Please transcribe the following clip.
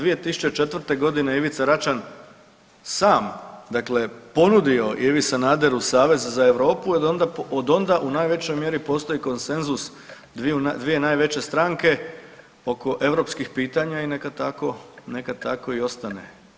2004. godine Ivica Račan sam dakle ponudio Ivi Sanaderu savez za Europu i od onda u najvećoj mjeri postoji konsenzus dvije najveće stranke oko europskih pitanja i neka tako i ostane.